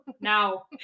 now